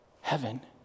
Heaven